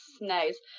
Nice